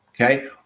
Okay